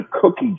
cookie